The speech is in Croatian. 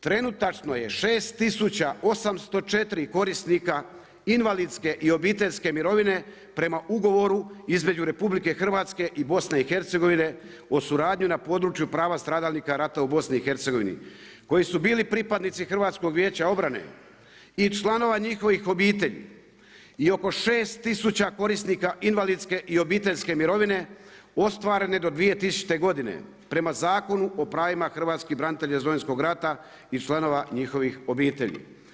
Trenutačno je 6 804 korisnika invalidske i obiteljske mirovine prema ugovoru između RH i BiH-a o suradnji na području prava stradalnika rata u BiH-a koji su bili pripadnici HVO-a i članova njihovih obitelji i oko 6 000 korisnika invalidske i obiteljske mirovine ostvarene do 2000. godine prema Zakonu o pravima Hrvatskih branitelja iz Domovinskog rata i članova njihovih obitelji.